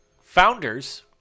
founders